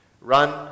run